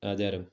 ആചാരം